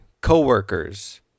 co-workers